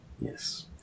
Yes